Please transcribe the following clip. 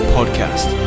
Podcast